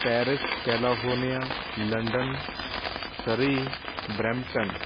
Paris California London Surrey Brampton